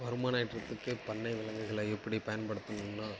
வருமானம் ஏற்றத்திற்கு பண்ணை விலங்குகளை எப்படி பயன்படுத்தணும்னா